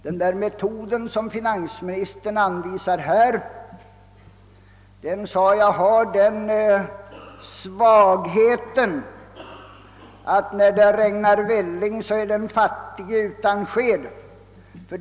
Den metod som finansministern här anvisar har, sade jag, den svagheten att när det regnar välling är den fattige utan sked.